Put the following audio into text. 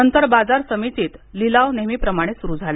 नंतर बाजार समितीत लिलाव नेहमीप्रमाणे सुरू झाले